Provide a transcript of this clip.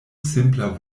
simpla